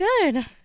Good